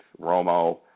Romo